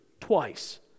twice